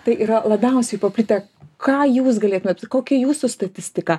tai yra labiausiai paplitę ką jūs galėtumėt kokia jūsų statistika